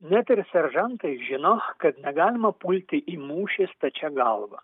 net ir seržantai žino kad negalima pulti į mūšį stačia galva